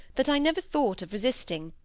that i never thought of resisting,